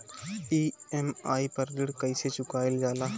EMI पर ऋण कईसे चुकाईल जाला?